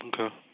Okay